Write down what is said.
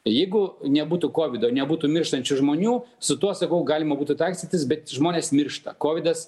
jeigu nebūtų kovido ir nebūtų mirštančių žmonių su tuo sakau galima būtų taikstytis bet žmonės miršta kovidas